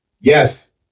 Yes